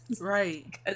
Right